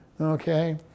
Okay